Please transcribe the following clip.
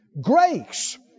grace